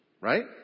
right